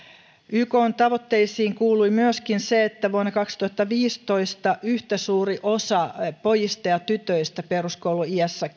ykn tavoitteisiin kuului myöskin se että vuonna kaksituhattaviisitoista yhtä suuri osa pojista ja tytöistä peruskouluiässä